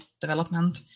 development